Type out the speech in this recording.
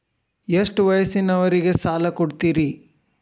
ಎಷ್ಟ ವಯಸ್ಸಿನವರಿಗೆ ಸಾಲ ಕೊಡ್ತಿರಿ?